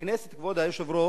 הכנסת, כבוד היושב-ראש,